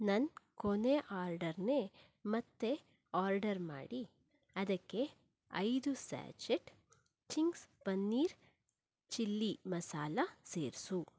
ನನ್ನ ಕೊನೇ ಆರ್ಡರ್ನೇ ಮತ್ತೆ ಆರ್ಡರ್ ಮಾಡಿ ಅದಕ್ಕೆ ಐದು sachet Ching's paneer chilli masala ಸೇರಿಸು